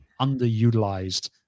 underutilized